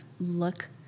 look